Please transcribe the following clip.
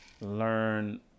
learn